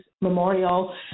Memorial